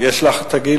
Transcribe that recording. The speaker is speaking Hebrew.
יש לך הגיל,